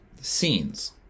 scenes